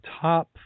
top